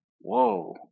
whoa